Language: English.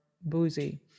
boozy